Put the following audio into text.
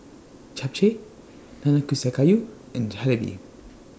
Japchae Nanakusa Gayu and Jalebi